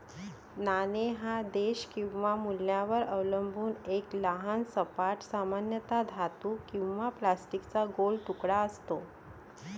नाणे हा देश किंवा मूल्यावर अवलंबून एक लहान सपाट, सामान्यतः धातू किंवा प्लास्टिकचा गोल तुकडा असतो